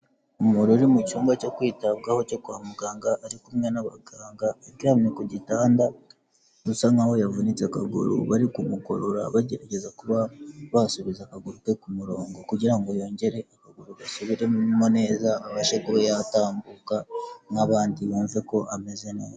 Umuntu uri mu cyumba cyo kwitabwaho cyo kwa muganga ari kumwe n'abaganga, aryamye ku gitanda bisa nk'aho yavunitse akaguru bari kumugorora bagerageza kuba basubiza akaguru ke ku murongo kugira ngo yongere akaguru gasubiremo neza abashe kuba yatambuka nk'abandi yumve ko ameze neza.